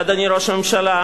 אדוני ראש הממשלה,